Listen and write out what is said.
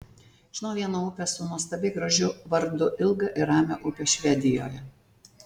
žinau vieną upę su nuostabiai gražiu vardu ilgą ir ramią upę švedijoje